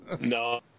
No